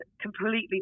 completely